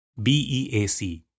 BEAC